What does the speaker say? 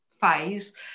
phase